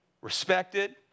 respected